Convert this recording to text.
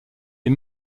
est